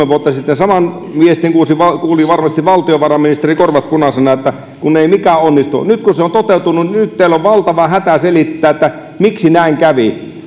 vuotta sitten saman viestin kuuli kuuli varmasti valtiovarainministeri korvat punaisena kun ei mikään onnistu nyt kun se on toteutunut niin nyt teillä on valtava hätä selittää miksi näin kävi